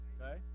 okay